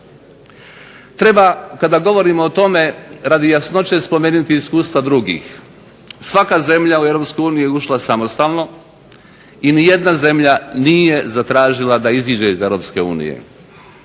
Treba, kada govorimo o tome, radi jasnoće spomenuti iskustva drugih. Svaka zemlja u Europsku uniju je ušla samostalno i nijedna zemlja nije zatražila da izađe iz Europske unije